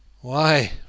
Why